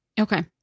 Okay